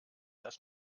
dass